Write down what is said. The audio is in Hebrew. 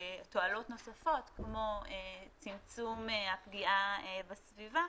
תועלות נוספות כמו צמצום הפגיעה בסביבה,